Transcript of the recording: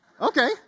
Okay